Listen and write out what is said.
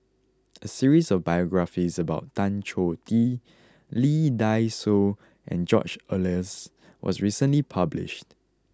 a series of biographies about Tan Choh Tee Lee Dai Soh and George Oehlers was recently published